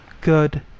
Good